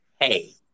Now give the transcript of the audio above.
Hey